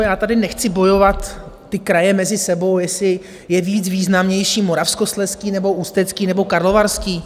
Já tady nechci bojovat ty kraje mezi sebou, jestli je víc významnější Moravskoslezský, nebo Ústecký nebo Karlovarský.